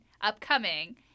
upcoming